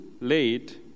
late